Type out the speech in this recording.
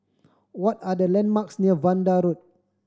what are the landmarks near Vanda Road